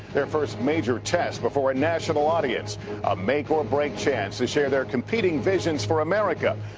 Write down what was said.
their first major test before a national audience, a make or break chance to share their competing visions for america.